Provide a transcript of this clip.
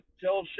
tell